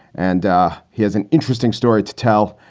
and here's an interesting story to tell.